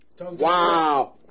Wow